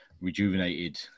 rejuvenated